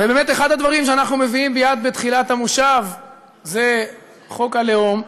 ובאמת אחד הדברים שאנחנו מביאים מייד בתחילת הכנס זה חוק הלאום,